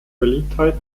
beliebtheit